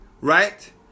right